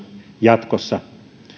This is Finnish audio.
jatkossa olen